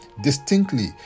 distinctly